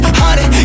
honey